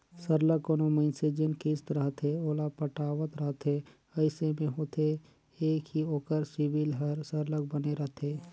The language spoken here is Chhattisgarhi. सरलग कोनो मइनसे जेन किस्त रहथे ओला पटावत रहथे अइसे में होथे ए कि ओकर सिविल हर सरलग बने रहथे